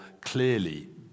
clearly